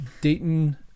Dayton